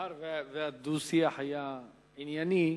מאחר שהדו-שיח היה ענייני,